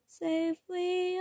safely